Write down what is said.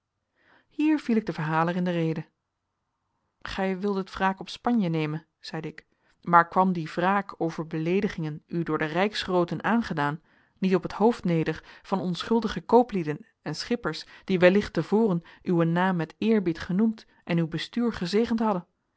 hier viel ik den verhaler in de rede gij wildet wraak op spanje nemen zeide ik maar kwam die wraak over beleedigingen u door de rijksgrooten aangedaan niet op het hoofd neder van onschuldige kooplieden en schippers die wellicht te voren uwen naam met eerbied genoemd en uw bestuur gezegend hadden